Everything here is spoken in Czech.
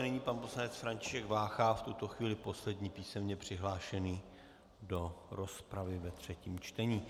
Nyní pan poslanec František Vácha, v tuto chvíli poslední písemně přihlášený do rozpravy ve třetím čtení.